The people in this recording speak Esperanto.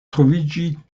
troviĝi